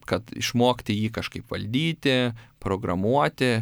kad išmokti jį kažkaip valdyti programuoti